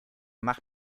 mach